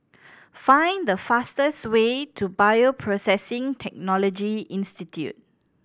find the fastest way to Bioprocessing Technology Institute